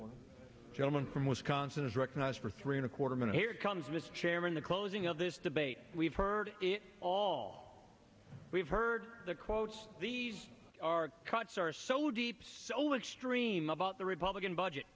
resolution gentleman from wisconsin is recognized for three and a quarter minute here comes mr chairman the closing of this debate we've heard it all we've heard the quotes these are cuts are so deep so extreme about the republican budget